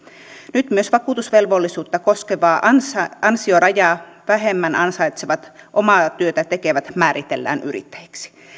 nyt myös vakuutusvelvollisuutta koskevaa ansiorajaa ansiorajaa vähemmän ansaitsevat omaa työtä tekevät määritellään yrittäjiksi